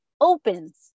opens